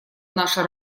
наша